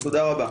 תודה רבה.